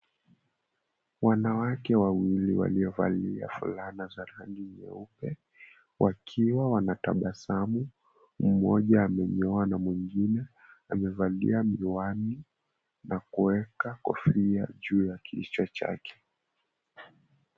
Wanawake wawili waliovalia fulana za rangi nyeupe wakiwa wanatabasamu, mmoja amenyoa na mwengine amevalia miwani na kuweka kofia juu ya kichwa chake.